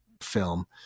film